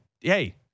Hey